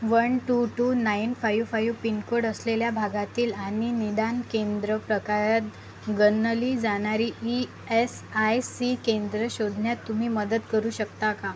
one two two nine five five pin code असलेल्या भागातील आणि निदान केंद्र प्रकारात गणली जाणारी ई एस आय सी केंद्र शोधण्यात तुम्ही मदत करू शकता का